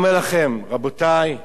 על זה אני אומר: אל נא אחי תרעו.